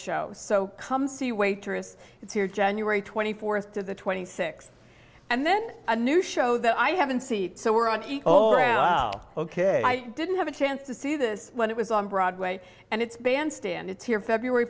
show so come see waitress it's here january twenty fourth to the twenty six and then a new show that i haven't see so we're on ok i didn't have a chance to see this when it was on broadway and it's bandstand it's here february